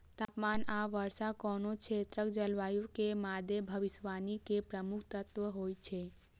तापमान आ वर्षा कोनो क्षेत्रक जलवायु के मादे भविष्यवाणी के प्रमुख तत्व होइ छै